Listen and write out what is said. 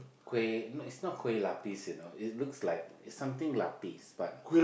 kuih it's not kuih-lapis you know it looks like something lapis